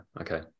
okay